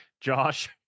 Josh